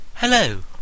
Hello